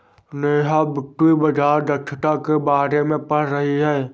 नेहा वित्तीय बाजार दक्षता के बारे में पढ़ रही थी